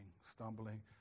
stumbling